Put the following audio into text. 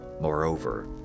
Moreover